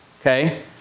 Okay